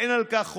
אין על כך חולק.